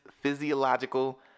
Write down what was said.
physiological